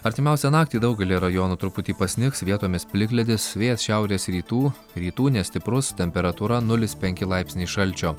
artimiausią naktį daugelyje rajonų truputį pasnigs vietomis plikledis vėjas šiaurės rytų rytų nestiprus temperatūra nulis penki laipsniai šalčio